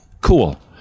Cool